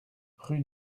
rue